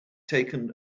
taken